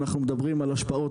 אנחנו מדברים על השפעות,